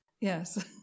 Yes